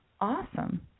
awesome